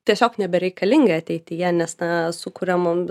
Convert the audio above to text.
tiesiog nebereikalingi ateityje nes na sukuria mum